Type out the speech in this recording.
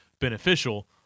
beneficial